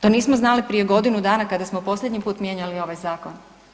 To nismo znali prije godinu dana kada smo posljednji put mijenjali ovaj zakon?